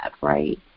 right